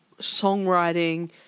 songwriting